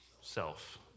Self